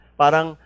parang